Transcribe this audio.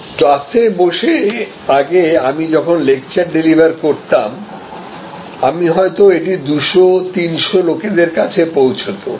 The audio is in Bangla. ক্লাসে বসে আগে আমি যখন লেকচার ডেলিভার করতাম তখন হয়তো এটি 200 300 লোকেদের কাছে পৌঁছতো